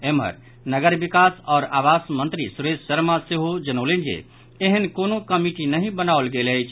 एम्हर नगर विकास आओर आवास मंत्री सुरेश शर्मा सेहो जनौलनि जे ऐहेन कोनो कमिटी नहि बनाओल गेल अछि